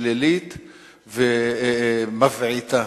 שלילית ומבעיתה,